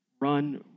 run